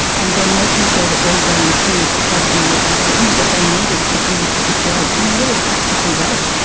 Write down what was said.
and then making sure that those volunteers had the equipment that they needed to do the job in a really practical way.